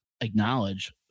acknowledge